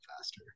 faster